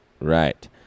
Right